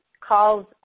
calls